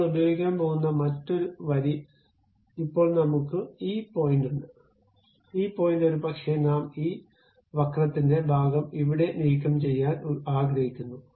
നമ്മൾ ഉപയോഗിക്കാൻ പോകുന്ന മറ്റൊരു വരി ഇപ്പോൾ നമുക്ക് ഈ പോയിന്റുണ്ട് ഈ പോയിന്റ് ഒരുപക്ഷേ നാം ഈ വക്രത്തിന്റെ ഭാഗം ഇവിടെ നീക്കംചെയ്യാൻ ആഗ്രഹിക്കുന്നു